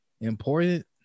important